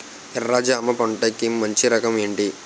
ఎర్ర జమ పంట కి మంచి రకం ఏంటి?